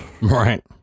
Right